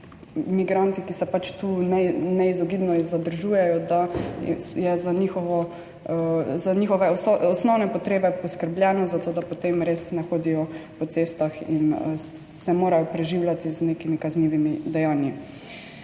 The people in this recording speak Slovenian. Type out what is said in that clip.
migrante, ki se pač tu neizogibno zadržujejo, in za njihove osnovne potrebe poskrbljeno, zato da potem res ne hodijo po cestah in se morajo preživljati z nekimi kaznivimi dejanji.